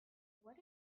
what